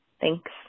thanks